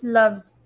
loves